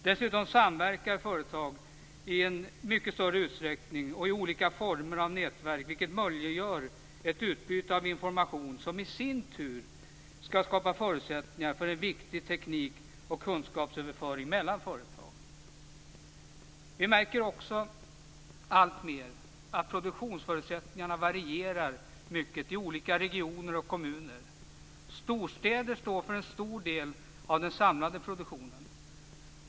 Dessutom samverkar företag i mycket större utsträckning i olika former av nätverk, vilket möjliggör ett utbyte av information som i sin tur skall skapa förutsättningar för en viktig teknikoch kunskapsöverföring mellan företag. Vi märker vidare alltmer att produktionsförutsättningarna varierar mycket i olika regioner och kommuner. Storstäder står för en stor del av den samlade produktionen.